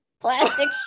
Plastic